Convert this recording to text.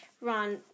Ron